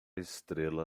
estrela